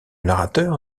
narrateur